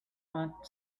want